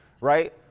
right